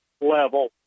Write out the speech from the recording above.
level